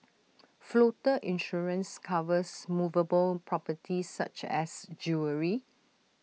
floater insurance covers movable properties such as jewellery